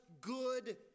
good